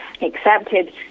accepted